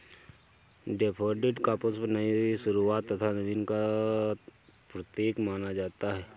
daffodil का पुष्प नई शुरुआत तथा नवीन का प्रतीक माना जाता है